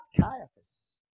Caiaphas